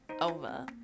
over